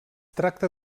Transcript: tracta